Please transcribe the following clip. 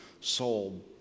soul